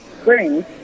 spring